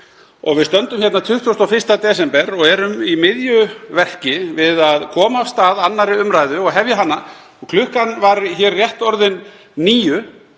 og við stöndum hérna 21. desember og erum í miðju verki við að koma af stað 2. umr. og hefja hana og klukkan var hér rétt orðin níu